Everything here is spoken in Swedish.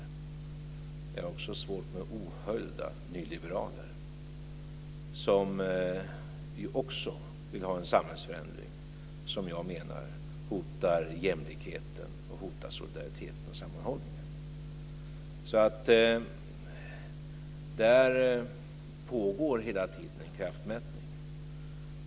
Jag har också svårt med ohöljda nyliberaler, som ju också vill ha en samhällsförändring som jag menar hotar jämlikheten, solidariteten och sammanhållningen. Där pågår hela tiden en kraftmätning.